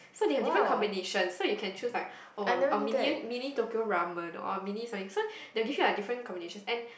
so they have different combination so you can choose like oh a a a mini mini Tokyo ramen or a mini something so the will give you a different combinations and